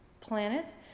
planets